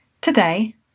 Today